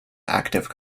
active